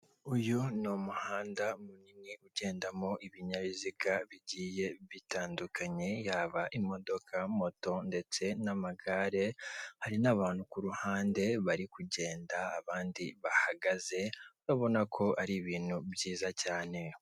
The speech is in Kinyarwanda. Uyu ni umuhanda munini ugendamo ibinyabiziga bigiye bitandukanye yaba imodoka, moto, ndetse n'amagare hari n'abantu kuruhande bari kugenda abandi bahagaze urabona ko ari ibintu byiza cyane.